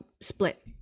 split